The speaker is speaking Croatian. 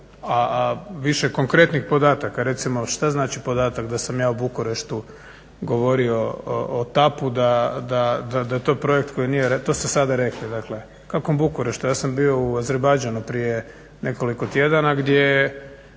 a više konkretnih podataka. Recimo, što znači podatak da sam ja u Bukureštu govorio o TAP-u, da je to projekt koji nije, to ste sada rekli. Dakle, u kakvom Bukureštu? Ja sam bio u Azerbejdžanu prije nekoliko tjedana gdje